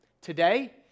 Today